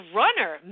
runner